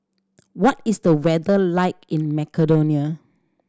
what is the weather like in Macedonia